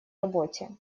работе